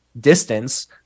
distance